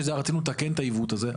הסברנו שרצינו לתקן את העיוות הזה,